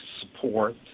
support